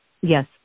Yes